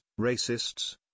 racists